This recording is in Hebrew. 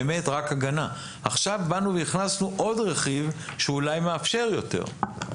עכשיו באנו והכנסנו עוד רכיב שאולי מאפשר יותר.